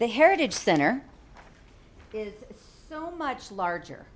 the heritage center so much larger